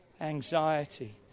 anxiety